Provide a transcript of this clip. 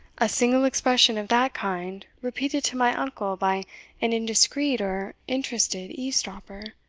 a single expression of that kind, repeated to my uncle by an indiscreet or interested eavesdropper,